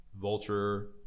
Vulture